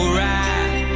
right